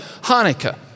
Hanukkah